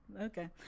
Okay